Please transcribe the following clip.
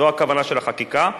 זו הכוונה של החקיקה.